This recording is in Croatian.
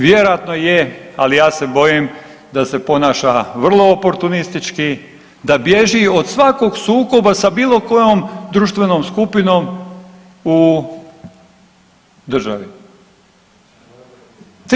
Vjerojatno je, ali ja se bojim da se ponaša vrlo oportunistički, da bježi od svakog sukoba sa bilo kojom društvenom skupinom u državi.